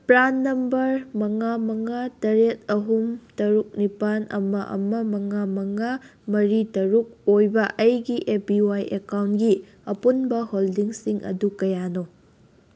PRAN number ꯃꯉꯥ ꯃꯉꯥ ꯇꯔꯦꯠ ꯑꯍꯨꯝ ꯇꯔꯨꯛ ꯅꯤꯄꯥꯜ ꯑꯃ ꯑꯃ ꯃꯉꯥ ꯃꯉꯥ ꯃꯔꯤ ꯇꯔꯨꯛ ꯑꯣꯏꯕ ꯑꯩꯒꯤ ꯑꯦ ꯄꯤ ꯋꯥꯏ ꯑꯦꯀꯥꯎꯟꯒꯤ ꯑꯄꯨꯟꯕ ꯍꯣꯜꯗꯤꯡꯁꯤꯡ ꯑꯗꯨ ꯀꯌꯥꯅꯣ